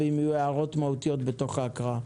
ואם יהיו הערות מהותיות בתוך ההקראה,